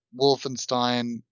Wolfenstein